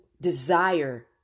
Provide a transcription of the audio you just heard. desire